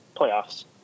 playoffs